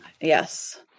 Yes